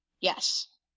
yes